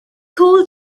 called